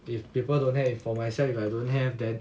if people don't have for myself if I don't have then